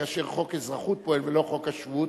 כאשר חוק האזרחות פועל ולא חוק השבות,